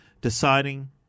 deciding